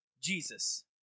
Jesus